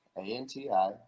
A-N-T-I